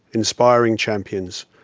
inspiring champions.